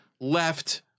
left